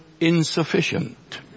insufficient